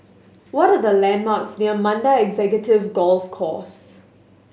what the landmarks near Mandai Executive Golf Course